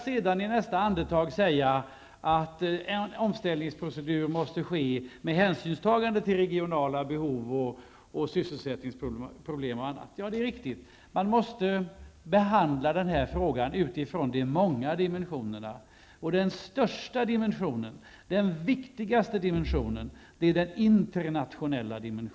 Men i nästa andetag säger hon att en omställningsprocedur måste ske med hänsyn tagen till bl.a. regionala behov och sysselsättningsproblem. Ja, det är riktigt. Frågan måste behandlas utifrån de många dimensioner som här finns. Den största och viktigaste dimensionen är den internationella.